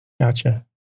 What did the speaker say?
Gotcha